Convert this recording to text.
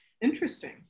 Interesting